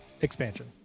expansion